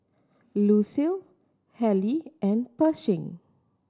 Lucille Hali and Pershing